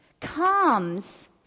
Comes